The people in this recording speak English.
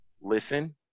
listen